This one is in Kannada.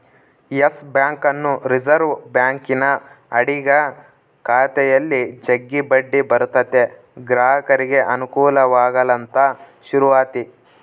ಯಸ್ ಬ್ಯಾಂಕನ್ನು ರಿಸೆರ್ವೆ ಬ್ಯಾಂಕಿನ ಅಡಿಗ ಖಾತೆಯಲ್ಲಿ ಜಗ್ಗಿ ಬಡ್ಡಿ ಬರುತತೆ ಗ್ರಾಹಕರಿಗೆ ಅನುಕೂಲವಾಗಲಂತ ಶುರುವಾತಿ